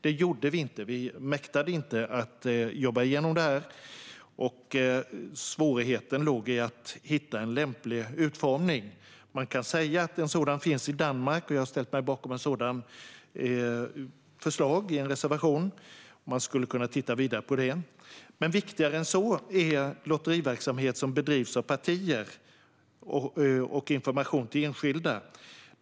Det gjorde vi inte; vi mäktade inte jobba igenom detta. Svårigheten låg i att hitta en lämplig utformning. Man kan säga att en sådan finns i Danmark, och jag har i en reservation ställt mig bakom ett sådant förslag. Man skulle kunna titta vidare på detta. Men ännu viktigare är lotteriverksamhet som bedrivs av partier och information till enskilda.